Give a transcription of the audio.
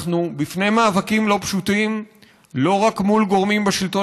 אנחנו בפני מאבקים לא פשוטים לא רק מול גורמים בשלטון